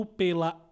pela